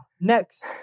Next